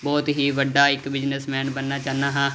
ਬਹੁਤ ਹੀ ਵੱਡਾ ਇੱਕ ਬਿਜ਼ਨਸਮੈਨ ਬਣਨਾ ਚਾਹੁੰਦਾ ਹਾਂ